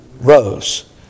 rose